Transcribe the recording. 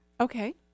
okay